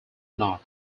not